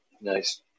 Nice